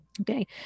Okay